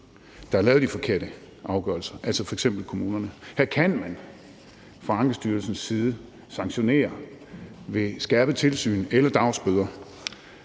der har lavet de forkerte afgørelser. Her kan man fra Ankestyrelsens side sanktionere ved skærpet tilsyn eller dagbøder.